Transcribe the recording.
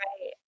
Right